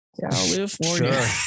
California